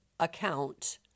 account